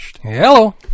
hello